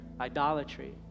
idolatry